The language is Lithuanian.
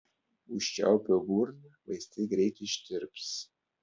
užčiaupiau burną vaistai greit ištirps